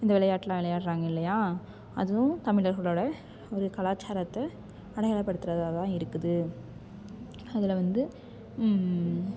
இந்த விளையாட்டுலாம் விளையாடுறாங்க இல்லையா அதுவும் தமிழர்களோடய ஒரு கலாச்சாரத்தை அடையாளப்படுத்துறதான் தான் இருக்குது அதில் வந்து